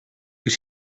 wyt